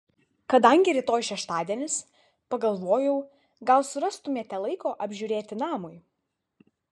kadangi rytoj šeštadienis pagalvojau gal surastumėte laiko apžiūrėti namui